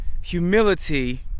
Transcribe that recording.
humility